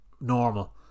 normal